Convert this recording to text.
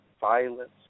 violence